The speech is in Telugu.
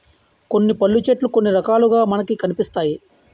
కొన్ని పళ్ళు చెట్లు కొన్ని రకాలుగా మనకి కనిపిస్తాయి